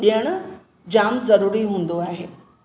ॾियणु जामु ज़रूरी हूंदों आहे